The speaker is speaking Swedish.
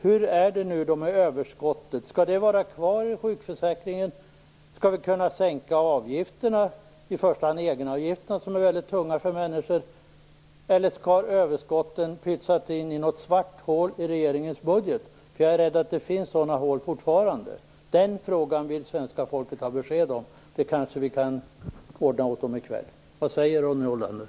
Hur är det med överskottet? Skall det vara kvar i sjukförsäkringen? Skall vi kunna sänka avgifterna, i första hand egenavgifterna som är väldigt tunga för människor? Eller skall överskotten pytsas in i något svart hål i regeringens budget? Jag är rädd för att det fortfarande finns sådana hål. Den frågan vill svenska folket ha besked om. Det kanske vi kan ordna åt dem i kväll. Vad säger Ronny Olander?